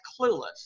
clueless